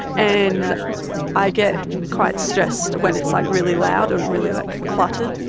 and i get quite stressed when it's like really loud and really like cluttered,